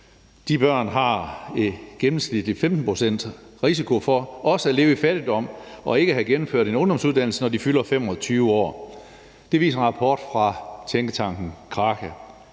De børn har gennemsnitligt 15 pct. risiko for også at leve i fattigdom og ikke have gennemført en ungdomsuddannelse, når de fylder 25 år. Det viser en rapport fra tænketanken Kraka.